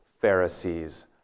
Pharisees